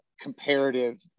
comparative